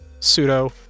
Sudo